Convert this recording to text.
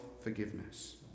forgiveness